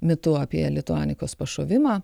mitu apie lituanikos pašovimą